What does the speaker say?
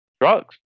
drugs